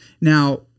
Now